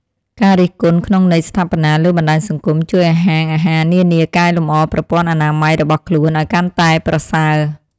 ការរិះគន់ក្នុងន័យស្ថាបនាលើបណ្តាញសង្គម ជួយឱ្យហាងអាហារនានាកែលម្អប្រព័ន្ធអនាម័យរបស់ខ្លួនឱ្យកាន់តែប្រសើរ។